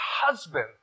husband